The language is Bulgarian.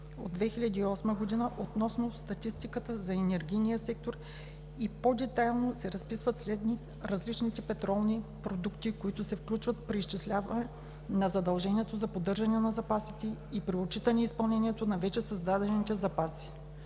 № 1099/2008 относно статистиката за енергийния сектор и по-детайлно се разписват различните петролни продукти, които се включват при изчисляване на задължението за поддържане на запасите и при отчитане изпълнението на вече създадените запаси.